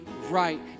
right